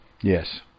Yes